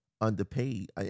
underpaid